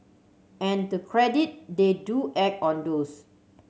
and to credit they do act on those